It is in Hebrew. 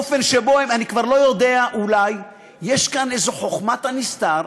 אני כבר לא יודע, אולי יש כאן איזו חוכמת הנסתר,